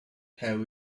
have